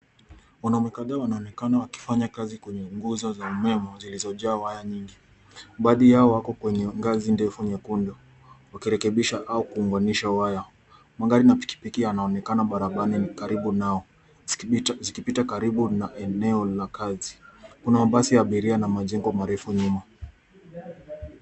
Wanaume kadhaa wanaonekana wakifanya kazi kwenye nguzo za umeme zilizojaa waya nyingi. Baadhi yao wako kwenye ngazi ndefu nyekundu, wakirekebisha au kuunganisha waya. Magari na pikipiki yanaonekana barabarani karibu nao, zikipita karibu na eneo la kazi. Kuna mabasi ya abiria na majengo marefu nyuma.